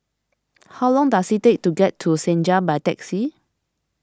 how long does it take to get to Senja by taxi